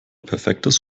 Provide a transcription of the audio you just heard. perfektes